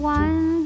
one